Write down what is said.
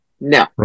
No